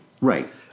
Right